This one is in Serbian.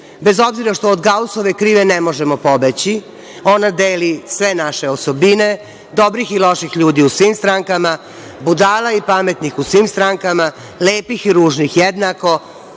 bez obzira što od Gausove krive ne možemo pobeći, ona deli sve naše osobine, dobrih i loših ljudi u svim strankama, budala i pametnih u svim strankama, lepih i ružnih jednako,